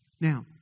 Now